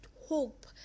hope